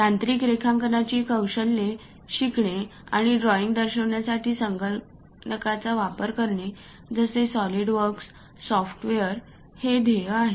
तांत्रिक रेखांकन कौशल्ये शिकणे आणि ड्रॉईंग दर्शवण्यासाठी संगणकाचा वापर करणे जसे SOLIDWORKS सॉफ्टवेअर हे ध्येय आहे